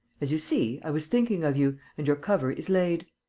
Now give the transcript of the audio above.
as you see, i was thinking of you and your cover is laid.